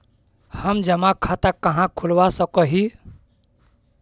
हम जमा खाता कहाँ खुलवा सक ही?